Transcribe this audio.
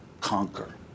conquer